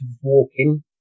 walking